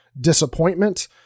disappointment